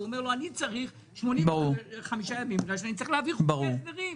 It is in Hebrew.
והוא אומר לו: אני צריך 85 ימים בגלל שאני צריך להעביר חוקי הסדרים.